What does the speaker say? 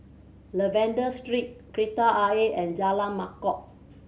Lavender Street Kreta Ayer and Jalan Mangkok